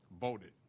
voted